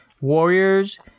warriors